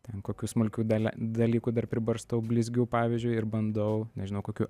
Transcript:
ten kokių smulkių dale dalykų dar pribarstau blizgių pavyzdžiui ir bandau nežinau kokiu